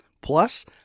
Plus